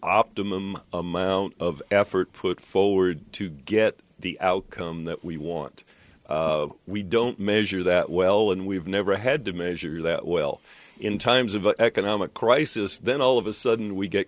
optimum amount of effort put forward to get the outcome that we want we don't measure that well and we've never had to measure well in times of economic crisis then all of a sudden we get